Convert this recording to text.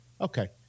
Okay